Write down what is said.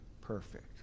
perfect